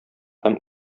һәм